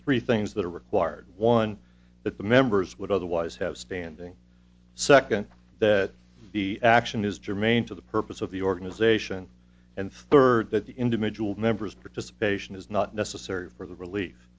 three things that are required one that the members would otherwise have standing second that the action is germane to the purpose of the organization and third that the individual members participation is not necessary for the relief